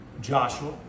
Joshua